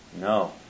No